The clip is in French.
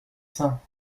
seins